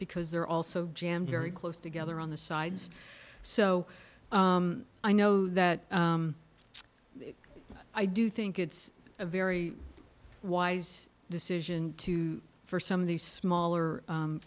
because they're also jammed very close together on the sides so i know that i do think it's a very wise decision to for some of these smaller